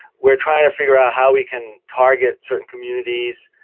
we're trying to figure out how we can target certain communities,